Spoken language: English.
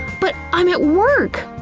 but i'm at work!